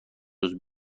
روز